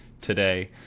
today